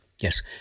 Yes